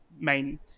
main